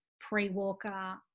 pre-walker